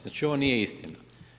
Znači ovo nije istina.